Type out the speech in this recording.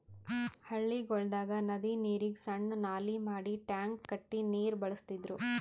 ಹಳ್ಳಿಗೊಳ್ದಾಗ್ ನದಿ ನೀರಿಗ್ ಸಣ್ಣು ನಾಲಿ ಮಾಡಿ ಟ್ಯಾಂಕ್ ಕಟ್ಟಿ ನೀರ್ ಬಳಸ್ತಿದ್ರು